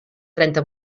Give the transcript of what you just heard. trenta